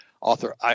author